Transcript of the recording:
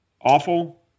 Awful